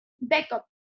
Backup